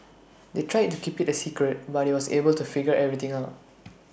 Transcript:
they tried to keep IT A secret but he was able to figure everything out